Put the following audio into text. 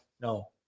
no